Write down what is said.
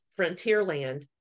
Frontierland